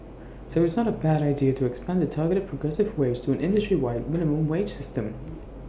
so IT is not A bad idea to expand the targeted progressive wage to an industry wide minimum wage system